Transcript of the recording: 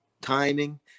timing